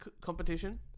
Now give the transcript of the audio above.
competition